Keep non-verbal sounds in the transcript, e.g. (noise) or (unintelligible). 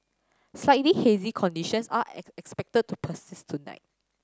slightly hazy conditions are (unintelligible) expected to persist tonight